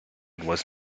was